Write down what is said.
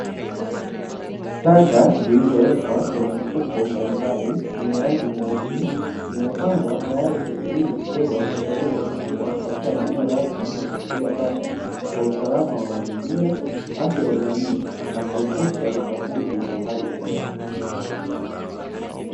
Taka zilizowekwa kwenye mifuko mbalimbali zenye rangi nyeusi, zimepangwa tayari kusubiri kubebwa na kupelekwa kutupwa katika maeneo rasmi ya kutupia taka kwa usalama wa mazingira, afya ya jamii na kuepusha uchafuzi wa hali ya hewa.